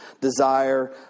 desire